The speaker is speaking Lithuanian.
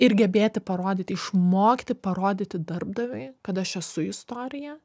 ir gebėti parodyti išmokti parodyti darbdaviui kad aš esu istorija